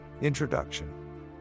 Introduction